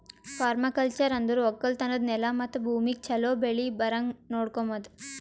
permaculture ಅಂದುರ್ ಒಕ್ಕಲತನದ್ ನೆಲ ಮತ್ತ ಭೂಮಿಗ್ ಛಲೋ ಬೆಳಿ ಬರಂಗ್ ನೊಡಕೋಮದ್